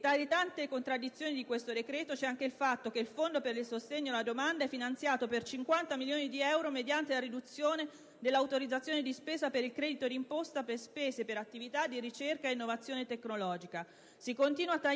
Tra le tante contraddizioni di questo decreto c'è anche il fatto che il Fondo per il sostegno alla domanda è finanziato per 50 milioni di euro mediante la riduzione dell'autorizzazione di spesa per il credito d'imposta per spese per attività di ricerca e innovazione tecnologica. Si continua a tagliare